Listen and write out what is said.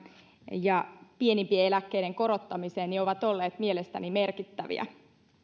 ja pienimpien eläkkeiden korottamiseen ovat olleet mielestäni merkittäviä